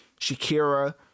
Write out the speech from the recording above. Shakira